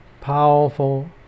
Powerful